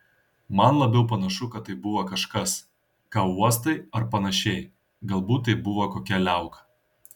man labiau panašu kad tai buvo kažkas ką uostai ar panašiai galbūt tai buvo kokia liauka